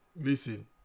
listen